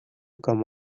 come